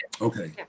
Okay